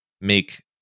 make